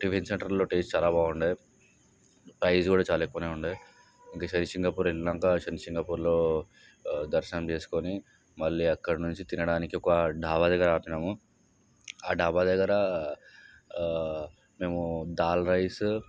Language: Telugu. టిఫిన్ సెంటర్లో టేస్ట్ చాలా బాగుండె ప్రైస్ కూడా చాలా ఎక్కువ ఉండే ఇక శనిసింగాపూర్ వెళ్ళినాక శనిసింగాపూర్లో దర్శనం చేసుకుని మళ్ళీ అక్కడ నుంచి తినడానికి ఒక డాబా దగ్గర ఆపినాము ఆ డాబా దగ్గర మేము దాల్ రైస్